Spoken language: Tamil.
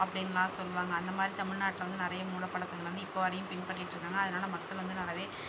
அப்படினெல்லாம் சொல்வாங்க அந்த மாதிரி தமிழ்நாட்டில் வந்து நிறைய மூடப்பழக்கங்கள் வந்து இப்போ வரையும் பின்பற்றிகிட்டு இருக்காங்க அதனால் மக்கள் வந்து நல்லாவே